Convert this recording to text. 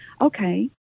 okay